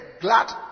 glad